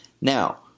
Now